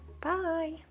Bye